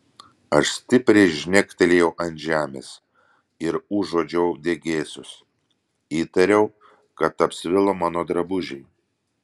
aš stipriai žnektelėjau ant žemės ir užuodžiau degėsius įtariau kad apsvilo mano drabužiai